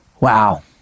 Wow